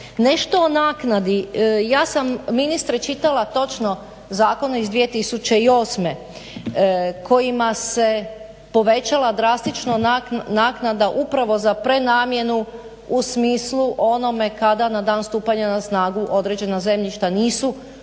Nešto o naknadi. Ja sam ministre čitala točno zakon iz 2008. kojima se povećala drastično naknada upravo za prenamjenu u smislu onome kada na dan stupanja na snagu određena zemljišta nisu unutar